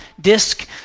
disc